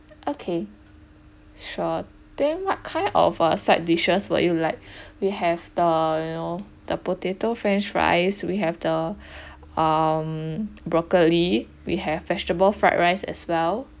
okay sure then what kind of uh side dishes would you like we have the you know the potato french fries we have the um broccoli we have vegetable fried rice as well